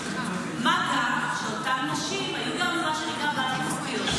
מה גם שאותן נשים היו גם מה שנקרא בלבוסטיות.